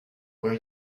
were